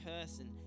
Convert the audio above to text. person